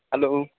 hello